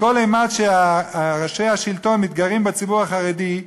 וכל אימת שראשי השלטון מתגרים בציבור החרדי,